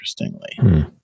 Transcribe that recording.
interestingly